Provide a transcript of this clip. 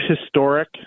historic